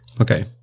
Okay